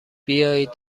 بیایید